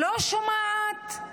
לא שומעת?